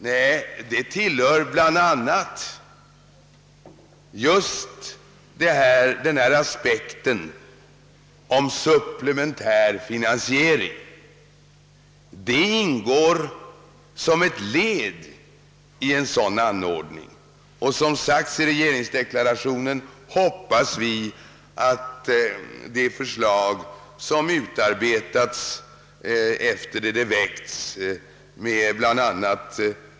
Nej, det ingår bl.a. som ett led i ett supplementärt finansieringssystem. Som sagts i regeringsdeklarationen hoppas vi att det förslag som utarbetats, med bl.a.